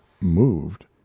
moved